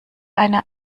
eine